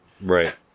Right